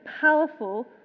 powerful